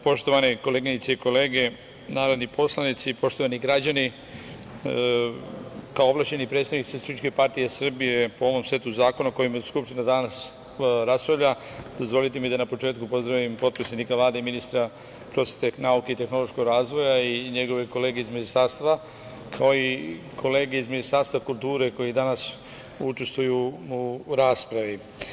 Poštovane koleginice i kolege narodni poslanici, poštovani građani, kao ovlašćeni predstavnik SPS po ovom setu zakona o kojima Skupština danas raspravlja, dozvolite mi da na početku pozdravim potpredsednika Vlade i ministra prosvete, nauke i tehnološkog razvoja i njegove kolege iz ministarstva, kao i njegove kolege iz Ministarstva kulture koji danas učestvuju u raspravi.